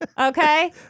Okay